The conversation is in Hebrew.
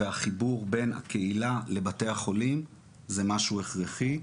והחיבור בין הקהילה לבתי החולים זה משהו הכרחי.